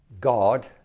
God